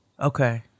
okay